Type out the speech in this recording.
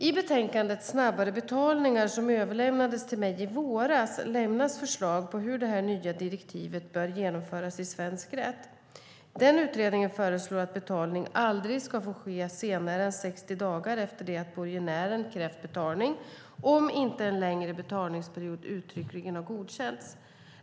I betänkandet Snabbare betalningar, som överlämnades till mig i våras, lämnas förslag på hur det nya direktivet bör genomföras i svensk rätt. Utredningen föreslår att betalning aldrig ska få ske senare än 60 dagar efter det att borgenären har krävt betalning, om inte en längre betalningsperiod uttryckligen har godkänts.